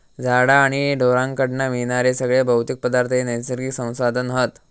झाडा आणि ढोरांकडना मिळणारे सगळे भौतिक पदार्थ हे नैसर्गिक संसाधन हत